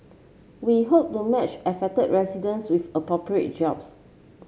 we hope to match affected residents with appropriate jobs